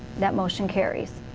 that motion carries.